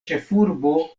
ĉefurbo